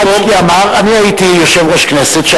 ראיתי בזה אחד הדברים המכוערים ביותר.